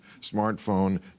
smartphone